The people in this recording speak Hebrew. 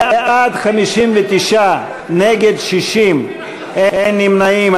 בעד, 59, נגד 60, אין נמנעים.